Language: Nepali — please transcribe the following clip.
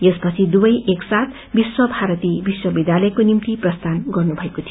यसपछि दुवै एक साथ विश्वभारती विश्वविद्यालयको निम्ति प्रस्थान गर्नुभएको थियो